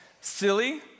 silly